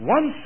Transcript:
One